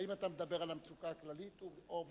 האם אתה מדבר על המצוקה הכללית או,